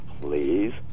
please